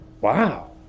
wow